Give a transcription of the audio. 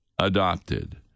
adopted